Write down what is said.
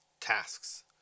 tasks